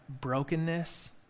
brokenness